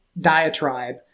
diatribe